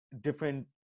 different